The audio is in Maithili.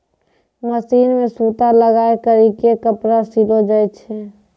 मशीन मे सूता लगाय करी के कपड़ा सिलो जाय छै